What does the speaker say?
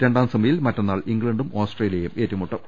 രണ്ടാം സെമി യിൽ മറ്റന്നാൾ ഇംഗ്ലണ്ടും ഓസ്ട്രേലിയയും ഏറ്റമുട്ടും